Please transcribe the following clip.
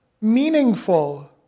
meaningful